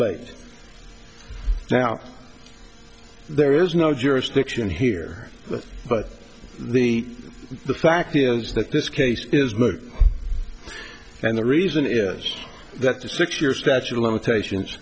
late now there is no jurisdiction here but the fact is that this case is moot and the reason is that the six year statute of limitations